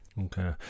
Okay